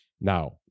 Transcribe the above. Now